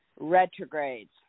retrogrades